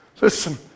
listen